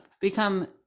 become